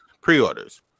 pre-orders